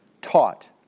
taught